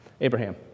Abraham